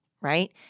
right